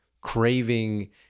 craving